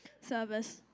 service